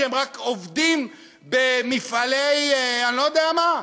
שהם רק עובדים במפעלי אני-לא-יודע-מה?